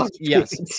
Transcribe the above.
Yes